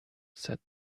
said